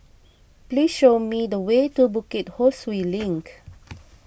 please show me the way to Bukit Ho Swee Link